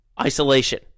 Isolation